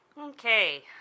Okay